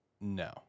No